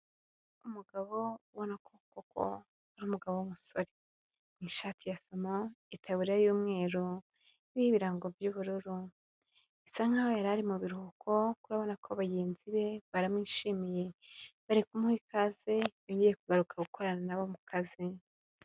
Umugabo ubona ko koko ari umugabo w'umusore, mu ishati ya samo itaburiya y'umweru, iriho ibirango by'ubururu, asa nkaho yari mu biruhuko, kuko urabona ko bagenzi be baramwishimiye, bari kumuha ikaze kuko yongeye kugaruka gukorana nabo mu mu kazi.